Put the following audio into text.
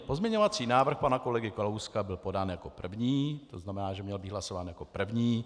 Pozměňovací návrh pana kolegy Kalouska byl podán jako první, to znamená, že měl být hlasován jako první.